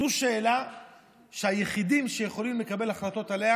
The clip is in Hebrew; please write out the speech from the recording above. זו שאלה שהיחידים שיכולים לקבל החלטות עליה